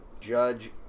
Judge